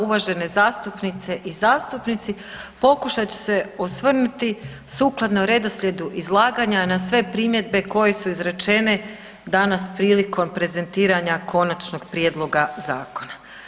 Uvažene zastupnice i zastupnici pokušat ću se osvrnuti sukladno redoslijedu izlaganja na sve primjedbe koje su izrečene danas prilikom prezentiranja konačnog prijedloga zakona.